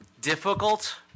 difficult